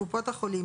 קופות החולים,